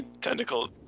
Tentacle